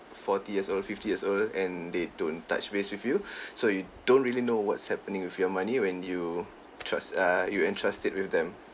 forty years old fifty years old and they don't touch base with you so you don't really know what's happening with your money when you trust uh you entrust it with them